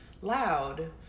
loud